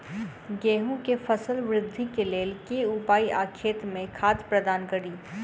गेंहूँ केँ फसल वृद्धि केँ लेल केँ उपाय आ खेत मे खाद प्रदान कड़ी?